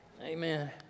Amen